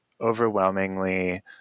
overwhelmingly